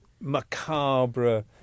macabre